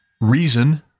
reason